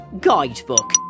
Guidebook